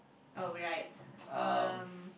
oh right um